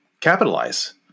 capitalize